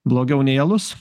blogiau nei alus